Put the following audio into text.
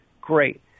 great